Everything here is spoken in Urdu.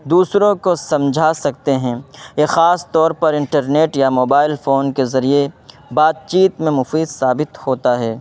دوسروں کو سمجھا سکتے ہیں یا خاص طور پر انٹرنیٹ یا موبائل فون کے ذریعے بات چیت میں مفید ثابت ہوتا ہے